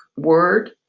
word.